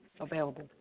available